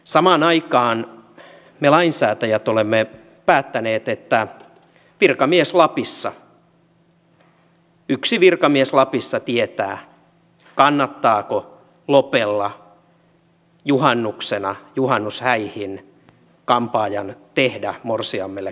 samaan aikaan me lainsäätäjät olemme päättäneet että virkamies lapissa yksi virkamies lapissa tietää kannattaako lopella juhannuksena juhannushäihin kampaajan tehdä morsiamelle kampaus vai ei